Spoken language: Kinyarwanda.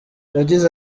yagize